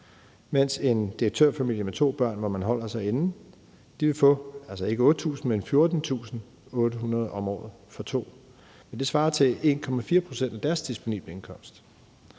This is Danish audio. mens en direktørfamilie med to børn, hvor man holder sig under, vil få ikke 8.000 kr., men 14.800 kr. om året for to. Det svarer til 1,4 pct. af deres disponible indkomst.